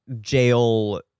jail